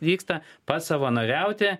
vyksta pa savanoriauti